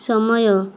ସମୟ